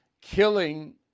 killing